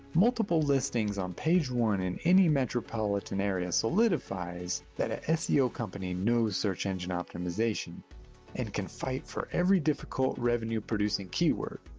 multiple listings on page one in any metropolitan area solidifies that a seo company knows search engine optimization and can fight for very difficult revenue producing keywords.